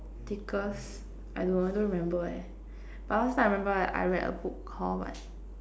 thickest I no longer remember leh where but last time I remembered I read a book Called what